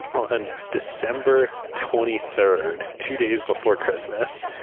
on december twenty third, two days before christmas,